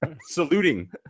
Saluting